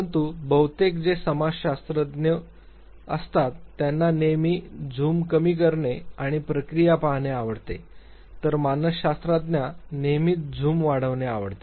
परंतु बहुतेक ते समाजशास्त्रज्ञ असतात ज्यांना नेहमी झूम कमी करणे आणि प्रक्रिया पाहणे आवडते तर मानसशास्त्रज्ञांना नेहमीच झूम वाढवणे आवडते